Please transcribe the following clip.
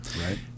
right